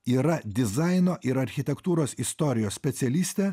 yra dizaino ir architektūros istorijos specialistė